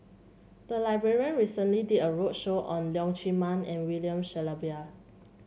the library recently did a roadshow on Leong Chee Mun and William Shellabear